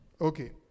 Okay